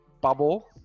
bubble